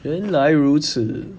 原来如此